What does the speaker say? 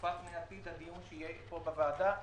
צופה פני עתיד לדיון שיהיה פה בוועדה,